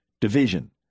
division